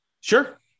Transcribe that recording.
Sure